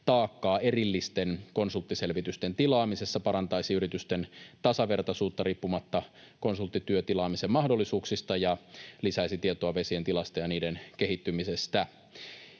taakkaa erillisten konsulttiselvitysten tilaamisessa, parantaisi yritysten tasavertaisuutta riippumatta konsulttityön tilaamisen mahdollisuuksista ja lisäisi tietoa vesien tilasta ja niiden kehittymisestä.